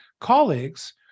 colleagues